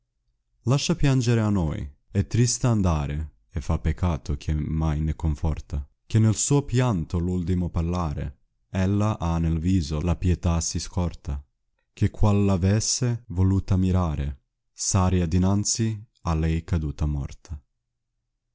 lascia piangere a noi e triste andare e fa peccato chi mai ne conforta che nel suo pianto l ultimo parlare ella ha nel viso la pietà si scorta che qual v avesse voluta mirare sana dinanzi a lei caduta morta